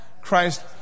Christ